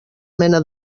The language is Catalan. mena